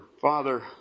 Father